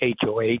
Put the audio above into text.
HOH